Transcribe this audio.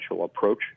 approach